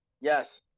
Yes